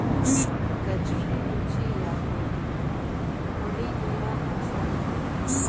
ಗಜ್ರಿ ರುಚಿಯಾಗಬೇಕಂದ್ರ ಹೊಳಿನೇರ ಹಾಸಬೇಕ